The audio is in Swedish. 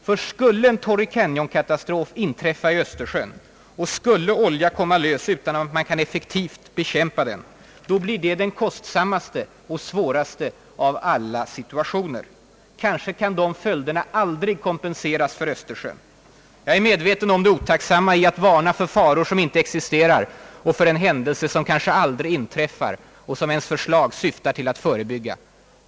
Ty skulle en Torrey Canyon-katastrof inträffa i Östersjön och skulle olja av de kvantiteterna komma lös utan att man kan bekämpa den effektivt, då blir det den kostsammaste och den svåraste av alla situationer. Kanske kan följderna aldrig kompenseras för Östersjön. Jag är medveten om det otacksamma i att varna för faror som ännu inte existerar och för en händelse som kanske aldrig inträffar men som ens förslag syftar till att förebygga.